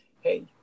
hey